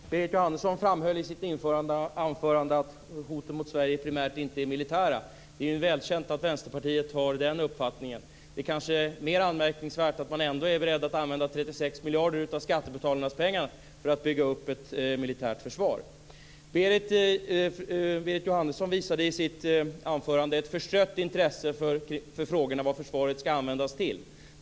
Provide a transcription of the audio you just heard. Fru talman! Berit Jóhannesson framhöll i sitt anförande att hoten mot Sverige primärt inte är militära. Det är ju välkänt att Vänsterpartiet har den uppfattningen. Det är kanske mer anmärkningsvärt att man ändå är beredd att använda 36 miljarder av skattebetalarnas pengar för att bygga upp ett militärt försvar. Berit Jóhannesson visade i sitt anförande ett förstrött intresse för frågorna vad försvaret ska användas till.